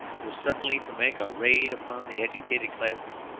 were suddenly to make a raid upon the educated class,